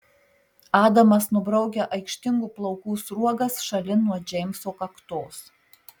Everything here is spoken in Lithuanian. adamas nubraukia aikštingų plaukų sruogas šalin nuo džeimso kaktos